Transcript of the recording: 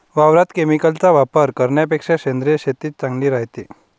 वावरात केमिकलचा वापर करन्यापेक्षा सेंद्रिय शेतीच चांगली रायते